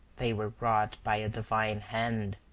they were wrought by a divine hand.